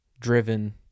driven